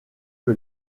que